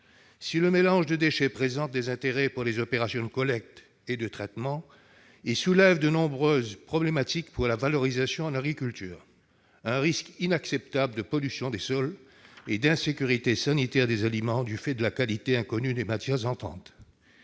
Si le mélange de déchets présente un intérêt pour les opérations de collecte et de traitement, il soulève de nombreux problèmes pour la valorisation en agriculture : un risque inacceptable de pollution des sols et d'insécurité sanitaire des aliments du fait de la qualité inconnue des matières entrantes